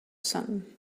sun